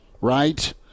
right